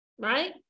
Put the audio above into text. Right